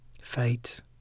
Fate